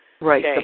Right